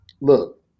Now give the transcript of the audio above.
look